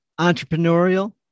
entrepreneurial